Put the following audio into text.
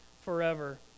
forever